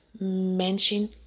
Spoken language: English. mention